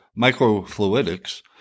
microfluidics